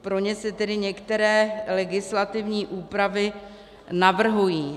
Pro ně se tedy některé legislativní úpravy navrhují.